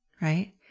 right